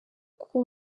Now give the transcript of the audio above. kuko